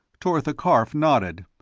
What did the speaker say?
tortha karf nodded.